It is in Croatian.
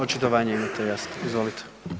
Očitovanje imate, jasno, izvolite.